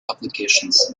applications